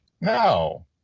No